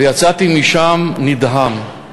ויצאתי משם נדהם.